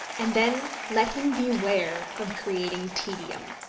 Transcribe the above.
and then let him beware of creating tedium!